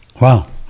Wow